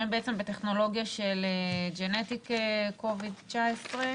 שהן בטכנולוגיה של genetic covid-19.